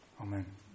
Amen